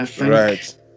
Right